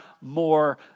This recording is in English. more